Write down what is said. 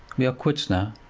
we are quits now.